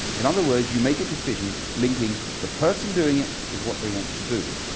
in other words you make a decision linking the person doing it with what they want to do,